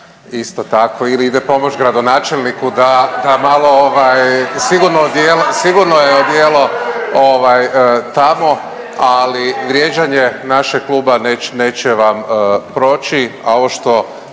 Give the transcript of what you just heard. isto tako ili ide pomoć gradonačelniku da malo sigurno je odijelo tamo, ali vrijeđanje našeg kluba neće vam proći.